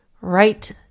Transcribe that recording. right